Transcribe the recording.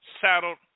saddled